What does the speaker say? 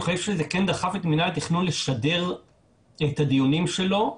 אני חושב שזה כן דחף את מינהל התכנון לשדר את הדיונים שלו,